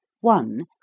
One